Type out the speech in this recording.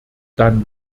dann